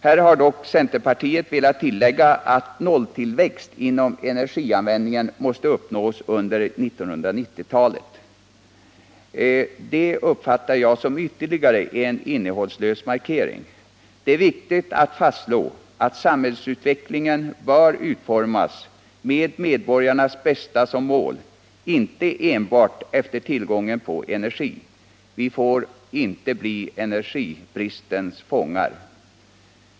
Här har dock centerpartiet velat tillägga att nolltillväxt inom energianvändningen måste uppnås under 1990-talet. Det uppfattar jag som ytterligare en innehållslös markering. Det är viktigt att fastslå att samhällsutvecklingen bör utformas med medborgarnas bästa som mål, inte enbart efter tillgången på energi. Vi får inte bli energibristens fångar.